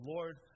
Lord